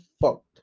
fucked